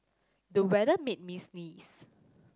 the weather made me sneeze